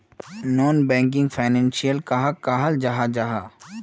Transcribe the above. Non banking financial कहाक कहाल जाहा जाहा?